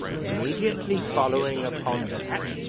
immediately following upon that,